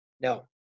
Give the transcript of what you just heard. no